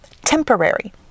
temporary